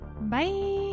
Bye